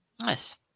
Nice